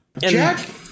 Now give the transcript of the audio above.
Jack